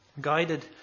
guided